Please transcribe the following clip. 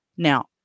Now